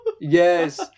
Yes